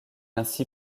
ainsi